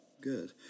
Good